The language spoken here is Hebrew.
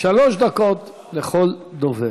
שלוש דקות לכל דובר.